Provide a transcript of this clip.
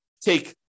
Take